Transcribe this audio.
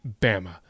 Bama